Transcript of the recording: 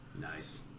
Nice